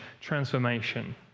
transformation